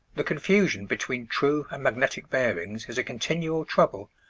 the confusion between true and magnetic bearings is a continual trouble,